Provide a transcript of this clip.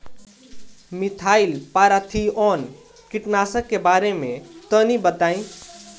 Methyl parathion कीटनाशक के बारे में तनि बताई?